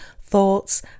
thoughts